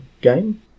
game